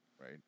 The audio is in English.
right